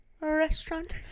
restaurant